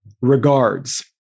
Regards